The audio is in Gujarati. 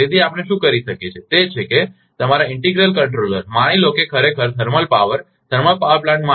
તેથી આપણે શું કરી શકીએ તે છે કે તમારા ઇન્ટિગ્રલ કંટ્રોલર માની લો કે ખરેખર thermal power thermal power plant માટે